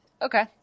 Okay